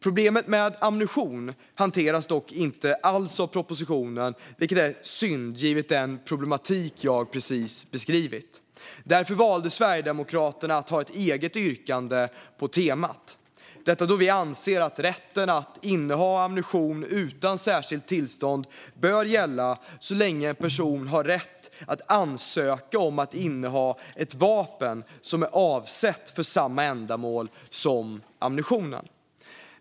Problemet med ammunition hanteras dock inte alls i propositionen, vilket är synd givet den problematik jag just har beskrivit. Därför valde Sverigedemokraterna att ha ett eget yrkande på temat, detta då vi anser att rätten att inneha ammunition utan särskilt tillstånd bör gälla så länge en person har rätt att ansöka om att inneha ett vapen som är avsett för samma ändamål som ammunitionen.